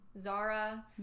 Zara